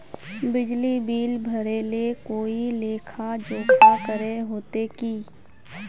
बिजली बिल भरे ले कोई लेखा जोखा करे होते की?